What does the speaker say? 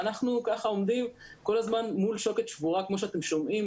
ואנחנו ככה עומדים כל הזמן מול שוקת שבורה כמו שאתם שומעים.